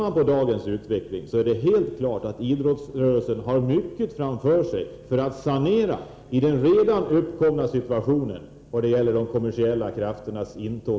Av dagens utveckling framgår helt klart att idrottsrörelsen har en mycket stor uppgift i att sanera den situation som redan uppkommit och som karakteriseras av de kommersiella krafternas intåg.